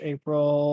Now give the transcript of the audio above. April